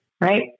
right